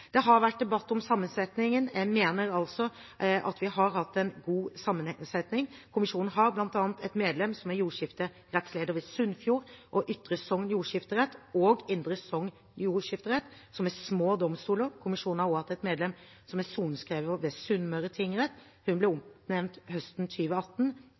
Det har vært debatt om sammensetningen. Jeg mener altså at vi har hatt en god sammensetning. Kommisjonen har bl.a. et medlem som er jordskifterettsleder ved Sunnfjord og Ytre Sogn jordskifterett og Indre Sogn jordskifterett, som er små domstoler. Kommisjonen har også hatt et medlem som er sorenskriver ved Sunnmøre tingrett. Hun ble